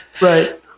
Right